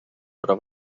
però